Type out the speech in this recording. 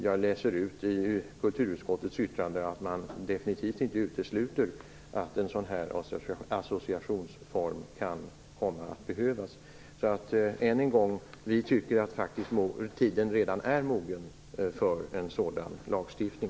Jag läser ut i kulturutskottets yttrande att man definitivt inte utesluter att en associationsform kan komma att behövas. Än en gång: Vi tycker att tiden är mogen för en sådan lagstiftning.